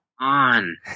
on